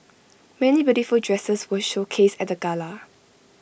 many beautiful dresses were showcased at the gala